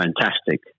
fantastic